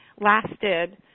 lasted